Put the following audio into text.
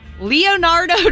Leonardo